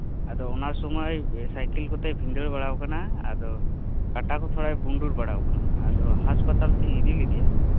ᱟᱫᱚ ᱚᱱᱟ ᱥᱩᱢᱟᱹᱭ ᱥᱟᱭᱠᱮᱞ ᱠᱚᱛᱮᱭ ᱵᱷᱤᱸᱫᱟᱹᱲ ᱵᱟᱲᱟᱣ ᱟᱠᱟᱱᱟ ᱟᱫᱚ ᱠᱟᱴᱟᱠᱩ ᱛᱷᱚᱲᱟᱭ ᱵᱩᱸᱰᱩᱨ ᱵᱟᱲᱟᱣ ᱟᱠᱟᱱᱟ ᱟᱫᱚ ᱦᱟᱸᱥᱯᱟᱛᱟᱞ ᱛᱮᱧ ᱤᱫᱤᱞᱮᱫᱮᱭᱟ